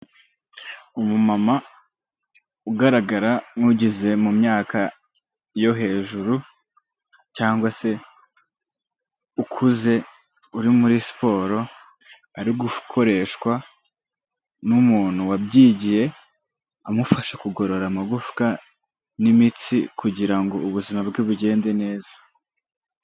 Umumama ugaragara nk'ugeze mu myaka yo hejuru cyangwa se ukuze uri muri siporo, ari gukoreshwa n'umuntu wabyigiye, amufasha kugorora amagufwa n'imitsi kugira ubuzima bwe bugende neza.